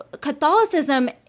Catholicism